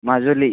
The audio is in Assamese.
মাজুলী